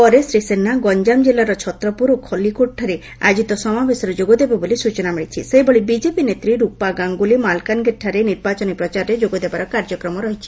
ପରେ ଶ୍ରୀ ସିହ୍ବା ଗଞ୍ଚାମ କିଲ୍ଲାର ଛତ୍ରପୁର ଓ ଖଲ୍କିକୋଟଠାରେ ଆୟୋଜିତ ସମାବେଶରେ ଯୋଗଦେଇଥିବା ସୂଚନା ମିଳିଛି ସେହିଭଳି ବିଜେପି ନେତ୍ରୀ ରୁପା ଗାଙ୍ଗୁଲୀ ମାଲକାନଗିରିଠାରେ ନିର୍ବାଚନୀ ପ୍ରଚାରରେ ଯୋଗଦେବାର କାର୍ଯ୍ୟକ୍ରମ ରହିଛି